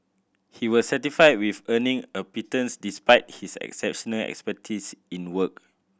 he was satisfied with earning a pittance despite his exceptional expertise in work